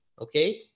Okay